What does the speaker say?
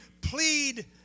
plead